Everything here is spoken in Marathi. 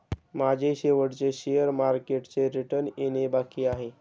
माझे शेवटचे शेअर मार्केटचे रिटर्न येणे बाकी आहे